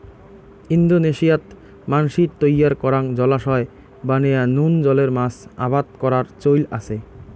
ইন্দোনেশিয়াত মানষির তৈয়ার করাং জলাশয় বানেয়া নুন জলের মাছ আবাদ করার চৈল আচে